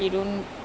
ya